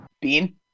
Bean